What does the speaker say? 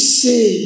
say